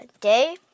day